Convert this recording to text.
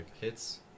hits